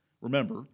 Remember